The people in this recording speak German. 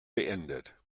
beendet